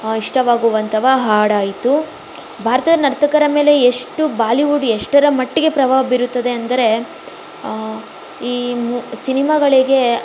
ಇಷ್ಟವಾಗುವಂಥ ಹಾಡಾಯಿತು ಭಾರತದ ನರ್ತಕರ ಮೇಲೆ ಎಷ್ಟು ಬಾಲಿವುಡ್ ಎಷ್ಟರ ಮಟ್ಟಿಗೆ ಪ್ರಭಾವ ಬೀರುತ್ತದೆ ಅಂದರೆ ಈ ಸಿನಿಮಾಗಳಿಗೆ